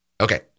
Okay